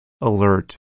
alert